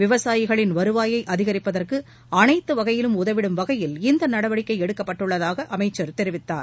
விவசாயிகளின் வருவாயை அதிகிப்பதற்கு அனைத்து வகையிலும் உதவிடும் வகையில் இந்த நடவடிக்கை எடுக்கப்பட்டுள்ளதாக அமைச்சர் தெரிவித்தார்